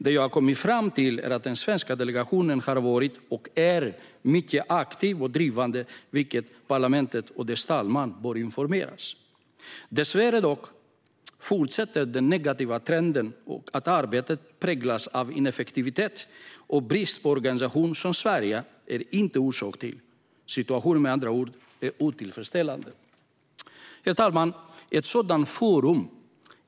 Det jag har kommit fram till är att den svenska delegationen har varit och är mycket aktiv och drivande, vilket parlamentet och dess talman bör informeras om. Dock fortsätter dessvärre den negativa trenden att arbetet präglas av ineffektivitet och brist på organisation, något Sverige inte är orsak till. Situationen är med andra ord otillfredsställande. Herr talman!